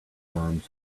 worms